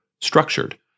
structured